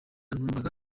numvaga